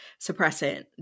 Suppressant